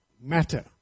matter